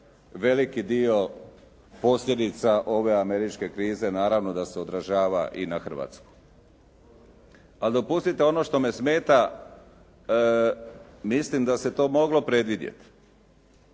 veliki dio posljedica ove američke krize naravno da se odražava i na Hrvatsku. Ali dopustite, ono što me smeta mislim da se to moglo predvidjeti,